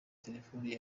telefone